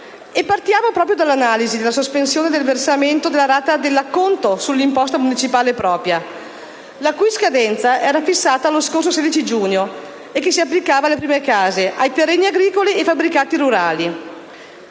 proprio dall'analisi della sospensione del versamento della rata di acconto sull'imposta municipale propria, la cui scadenza era fissata lo scorso 16 giugno e che si applicava alle prime case, ai terreni agricoli e ai fabbricati rurali.